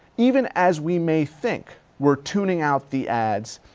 even as we may think we're tuning out the ads,